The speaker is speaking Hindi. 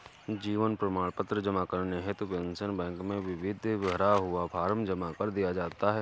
जीवन प्रमाण पत्र जमा करने हेतु पेंशन बैंक में विधिवत भरा हुआ फॉर्म जमा कर दिया जाता है